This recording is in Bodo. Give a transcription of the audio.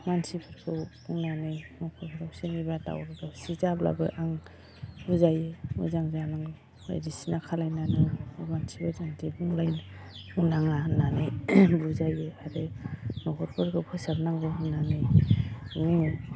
मानसिफोरखौ बुंनानै न'खरफोराव सोरनिबा दावराव दावसि जाब्लाबो आं बुजायो मोजां जानांगौ बायदिसिना खालामनानै मानसिफोरजों बिदि बुंलाय नाङा होननानै बुजायो आरो न'खरफोरखौ फोसाबनांगौ होननानै बुङो